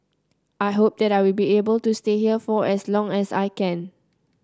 I hope that I will be able to stay here for as long as I can